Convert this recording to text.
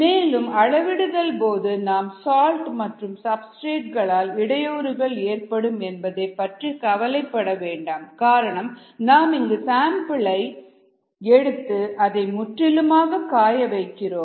மேலும் அளவிடுதல் போது நாம் சால்ட் மற்றும் சப்ஸ்டிரேட் களால் இடையூறுகள் ஏற்படும் என்பதைப் பற்றி கவலைப்பட வேண்டாம் காரணம் நாம் இங்கு சாம்பிளை எடுத்து அதை முற்றிலுமாக காய வைக்கிறோம்